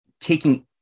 taking